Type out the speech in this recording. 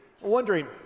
wondering